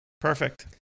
Perfect